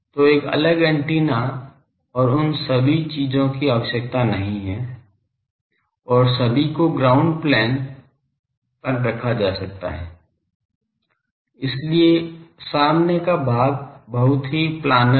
तो एक अलग एंटीना और उन सभी चीजों की आवश्यकता नहीं है और सभी को ग्राउंड प्लेन पर रखा जा सकता है इसलिए सामने का भाग बहुत ही प्लानर है